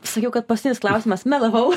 sakiau kad paskutinis klausimas melavau